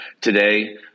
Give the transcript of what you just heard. Today